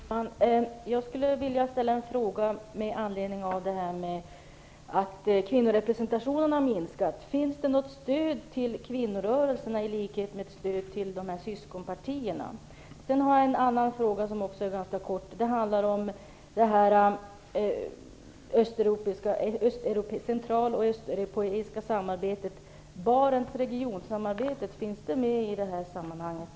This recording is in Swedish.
Herr talman! Jag skulle vilja ställa en fråga med anledning av att kvinnorepresentationen har minskat. Finns det något stöd till kvinnorörelserna i likhet med stödet till syskonpartierna? Sedan har jag en annan fråga som också är ganska kort. Den handlar om det central och östeuropeiska samarbetet. Finns Barentsregionsamarbetet med i det här sammanhanget?